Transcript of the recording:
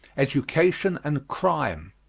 education and crime.